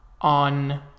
on